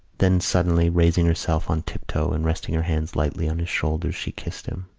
then, suddenly raising herself on tiptoe and resting her hands lightly on his shoulders, she kissed him.